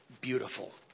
beautiful